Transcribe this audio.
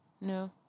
no